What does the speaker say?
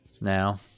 now